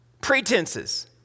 pretenses